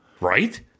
Right